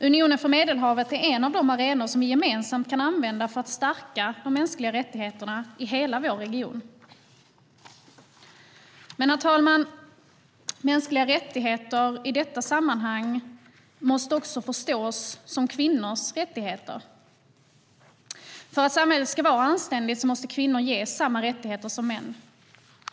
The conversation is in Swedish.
Unionen för Medelhavet är en av de arenor vi gemensamt kan använda för att stärka de mänskliga rättigheterna i hela vår region. Herr talman! Mänskliga rättigheter måste i detta sammanhang också förstås som kvinnors rättigheter. För att ett samhälle ska vara anständigt måste kvinnor ges samma rättigheter som män.